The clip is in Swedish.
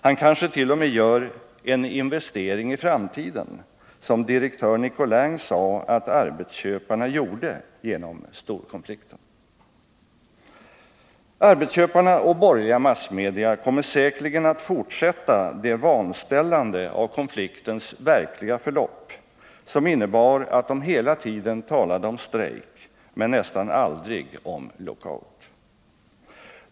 Han kanske t.o.m. gör ”en investering i framtiden”, som direktör Nicolin sade att arbetsköparna gjorde genom storkonflikten. Arbetsköparna och borgerliga massmedia kommer säkerligen att fortsätta det vanställande av konfliktens verkliga förlopp, som innebar att de hela tiden talade om strejk, men nästan aldrig om lockout.